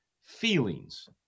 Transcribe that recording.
feelings